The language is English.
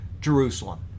Jerusalem